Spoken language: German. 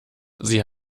sie